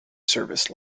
service